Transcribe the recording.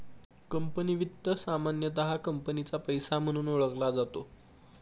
company वित्त सामान्यतः कंपनीचा पैसा म्हणून ओळखला जातो